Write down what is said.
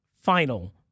final